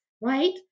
right